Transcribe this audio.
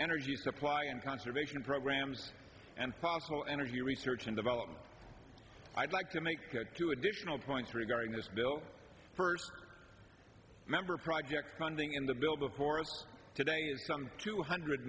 energy supply and conservation programs and fossil energy research and development i'd like to make two additional points regarding this bill first member projects funding in the bill before us today some two hundred